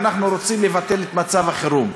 ואנחנו רוצים לבטל את מצב החירום.